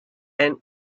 and